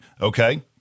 okay